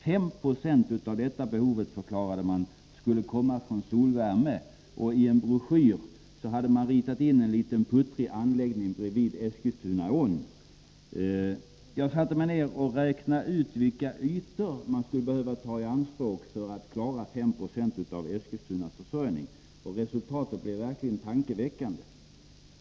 5 90 av detta behov, förklarade man, skulle komma från solvärme, och i en broschyr hade man ritat in en liten puttrig anläggning bredvid Eskilstunaån. Jag satte mig ned och räknade ut vilka ytor man skulle behöva ta i anspråk för att klara dessa 5 96 av Eskilstunas försörjning. Resultatet blev verkligen tankeväckande.